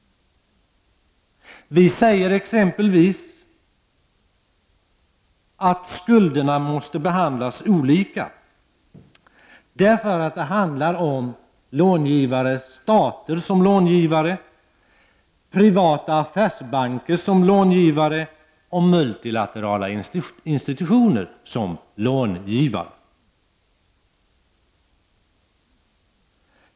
Vpk säger t.ex. att skulderna måste behandlas olika, därför att det handlar om stater som långivare, privata affärsbanker som långivare och multilaterala institutioner som långivare.